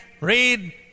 read